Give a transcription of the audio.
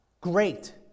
Great